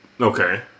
Okay